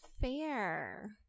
fair